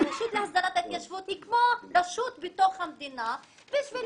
הרשות להסדרת ההתיישבות היא כמו רשות בתוך המדינה בשביל